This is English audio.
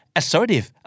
assertive